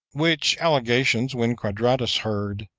which allegations when quadratus heard,